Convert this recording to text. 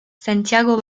santiago